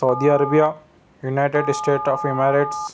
سعودی عربیہ United State of Emirates